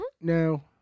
No